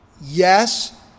Yes